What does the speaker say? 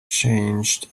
changed